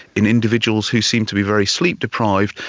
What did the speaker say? in individuals who seem to be very sleep deprived,